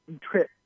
trip